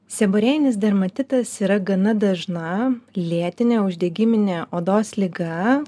seborėjinis dermatitas yra gana dažna lėtinė uždegiminė odos liga